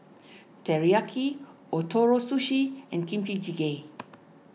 Teriyaki Ootoro Sushi and Kimchi Jjigae